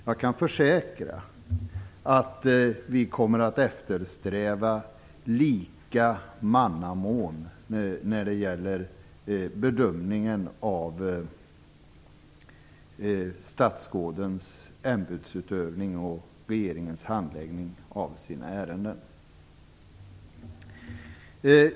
Jag kan försäkra att vi kommer att eftersträva lika mannamån när det gäller bedömningen av statsrådens ämbetsutövning och regeringens handläggning av sina ärenden.